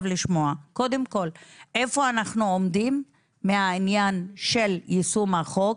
לשמוע קודם כל איפה אנחנו עומדים מהעניין של יישום החוק,